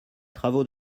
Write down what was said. travaux